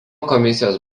komisijos